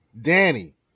Danny